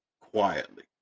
Quietly